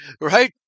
Right